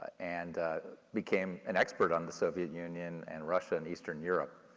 and became an expert on the soviet union and russia and eastern europe.